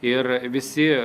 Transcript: ir visi